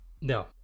No